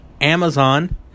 Amazon